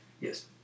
Yes